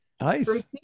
nice